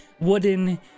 wooden